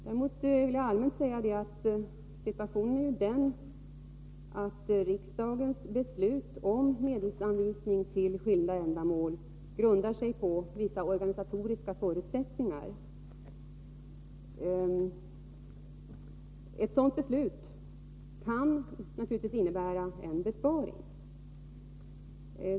Däremot vill jag allmänt säga att riksdagens beslut om medelsanvisning till skilda ändamål grundar sig på vissa organisatoriska förutsättningar. Ett sådant beslut kan naturligtvis innebära en besparing.